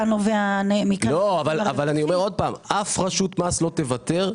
אני עוד שוב שאף רשות מס לא תוותר.